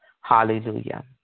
Hallelujah